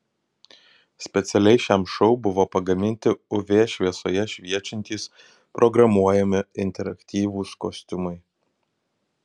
specialiai šiam šou buvo pagaminti uv šviesoje šviečiantys programuojami interaktyvūs kostiumai